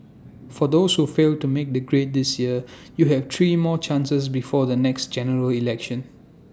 for those who failed to make the grade this year you have three more chances before the next General Election